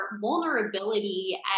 vulnerability